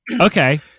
okay